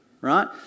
right